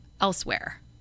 elsewhere